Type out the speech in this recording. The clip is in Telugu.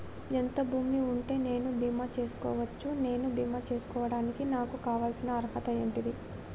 ఎంత భూమి ఉంటే నేను బీమా చేసుకోవచ్చు? నేను బీమా చేసుకోవడానికి నాకు కావాల్సిన అర్హత ఏంటిది?